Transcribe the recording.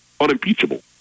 unimpeachable